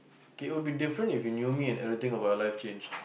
K it will be different if you knew me and everything about your life changed